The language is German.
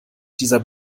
dieser